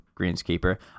greenskeeper